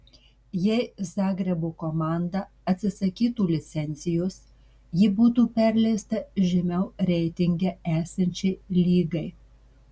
jei zagrebo komanda atsisakytų licencijos ji būtų perleista žemiau reitinge esančiai lygai